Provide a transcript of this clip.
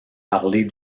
parler